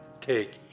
Take